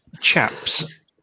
Chaps